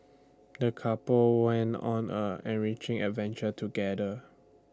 the couple went on an enriching adventure together